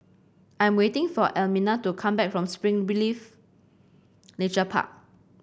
I am waiting for Elmina to come back from Spring believe Nature Park